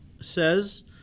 says